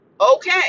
Okay